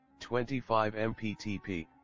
25-MPTP